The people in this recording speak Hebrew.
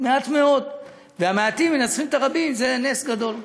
מעט מאוד, והמעטים מנצחים את הרבים, זה נס גדול.